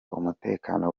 umutekano